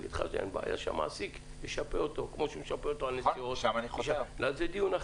אין בעיה שהמעסיק ישפה אותו, אבל זה דיון אחר.